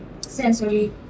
Sensory